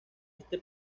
este